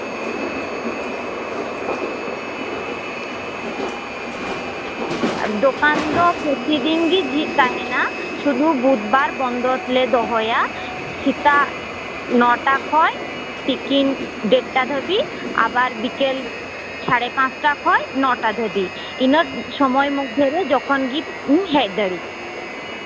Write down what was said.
ᱫᱚᱠᱟᱱ ᱫᱚ ᱯᱨᱚᱛᱤ ᱫᱤᱱ ᱜᱮ ᱡᱷᱤᱡ ᱛᱟᱦᱮᱸᱱᱟ ᱮᱠᱮᱱ ᱵᱩᱫᱷᱵᱟᱨ ᱵᱚᱱᱫᱚ ᱞᱮ ᱫᱚᱦᱚᱭᱟ ᱥᱮᱛᱟᱜ ᱱᱚ ᱴᱟ ᱠᱷᱚᱡ ᱛᱤᱠᱤᱱ ᱰᱮᱴ ᱴᱟ ᱫᱷᱟᱹᱵᱤᱡ ᱟᱵᱟᱨ ᱵᱤᱠᱮᱞ ᱥᱟᱲᱮ ᱯᱟᱸᱪᱴᱟ ᱠᱷᱚᱡ ᱱᱚ ᱴᱟ ᱫᱷᱟᱹᱵᱤᱡ ᱤᱱᱟᱹ ᱥᱚᱢᱚᱭ ᱢᱚᱫᱽᱫᱷᱮ ᱨᱮ ᱡᱚᱠᱷᱚᱱ ᱜᱮᱢ ᱦᱮᱡ ᱫᱟᱲᱤᱜ